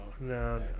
no